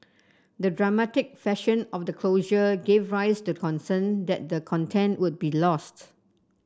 the dramatic fashion of the closure gave rise to the concern that the content would be lost